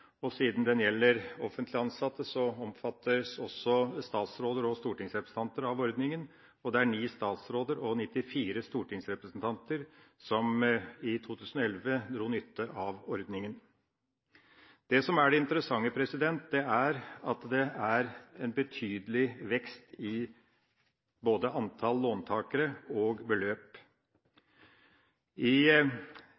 pst. Siden den gjelder offentlige ansatte, omfattes også statsråder og stortingsrepresentanter av ordninga, og 9 statsråder og 94 stortingsrepresentanter dro i 2011 nytte av ordninga. Det interessante er at det er en betydelig vekst i både antall låntakere og beløp.